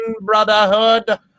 brotherhood